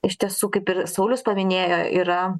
iš tiesų kaip ir saulius paminėjo yra